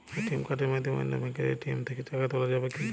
ATM কার্ডের মাধ্যমে অন্য ব্যাঙ্কের এ.টি.এম থেকে টাকা তোলা যাবে কি?